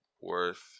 worth